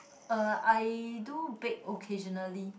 uh I do bake occasionally